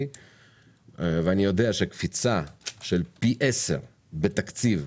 ואני יודע שקפיצה של פי עשרה בתקציב,